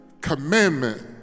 commandment